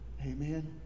Amen